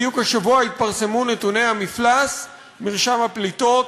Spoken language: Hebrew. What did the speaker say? בדיוק השבוע התפרסמו נתוני המפלס, מרשם הפליטות,